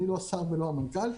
אני לא שר ולא המנכ"ל.